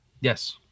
Yes